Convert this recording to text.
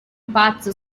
pazzo